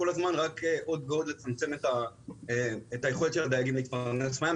כל הזמן רק עוד ועוד לצמצם את היכולת של הדייגים להתפרנס מהים,